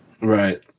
Right